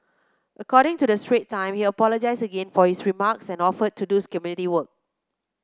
according to the Strait Time he apologised again for his remarks and offered to do community work